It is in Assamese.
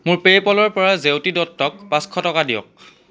মোৰ পে'পলৰ পৰা জেউতি দত্তক পাঁচশ টকা দিয়ক